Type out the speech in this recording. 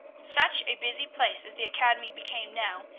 such a busy place as the academy became now,